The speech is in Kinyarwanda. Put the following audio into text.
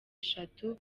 eshatu